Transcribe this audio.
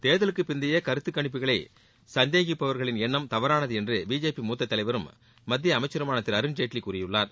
தேர்தலுக்கு பிந்தைய கருத்துக்கணிப்புகளை சந்தேகிப்பவர்களின் எண்ணம் தவறானது என்று பிஜேபி மூத்த தலைவரும் மத்திய அமைச்சருமான திரு அருண்ஜேட்வி கூறியுள்ளார்